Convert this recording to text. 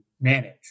manage